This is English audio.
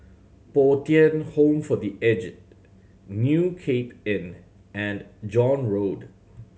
Bo Tien Home for The Aged New Cape Inn and John Road